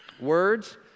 words